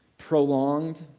prolonged